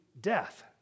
death